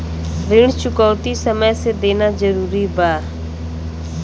ऋण चुकौती समय से देना जरूरी बा?